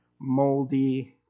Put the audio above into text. moldy